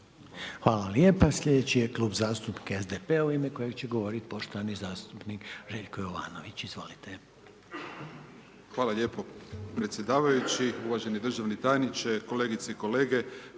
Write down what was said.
Hvala lijepa. Slijedeći je Klub zastupnika SDP-a u ime kojeg će govoriti poštovani zastupnik Željko Jovanović, izvolite. **Jovanović, Željko (SDP)** Hvala lijepo predsjedavajući, uvaženi državni tajniče, kolegice i kolege.